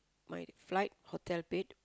my flight hotel paid